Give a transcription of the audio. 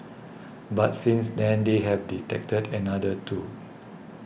but since then they have detected another two